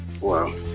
Wow